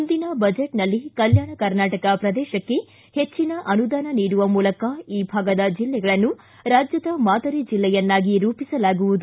ಮುಂದಿನ ಬಜೆಟ್ನಲ್ಲಿ ಕಲ್ಯಾಣ ಕರ್ನಾಟಕ ಪ್ರದೇಶಕ್ಕೆ ಹೆಚ್ಚಿನ ಅನುದಾನ ನೀಡುವ ಮೂಲಕ ಈ ಭಾಗದ ಜಿಲ್ಲೆಗಳನ್ನು ರಾಜ್ಞದ ಮಾದರಿ ಜಿಲ್ಲೆಯನ್ನಾಗಿ ರೂಪಿಸಲಾಗುವುದು